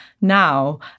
now